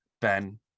Ben